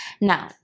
now